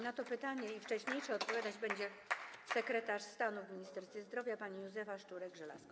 Na to pytanie i wcześniejsze pytania odpowiadać będzie sekretarz stanu w Ministerstwie Zdrowia pani Józefa Szczurek-Żelazko.